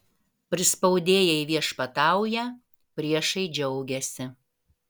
prispaudėjai viešpatauja priešai džiaugiasi